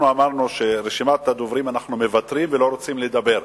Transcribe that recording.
אנחנו אמרנו שעל רשימת הדוברים אנחנו מוותרים ולא רוצים לדבר.